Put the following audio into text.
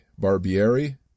Barbieri